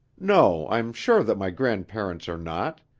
no, i am sure that my grandparents are not,